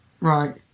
Right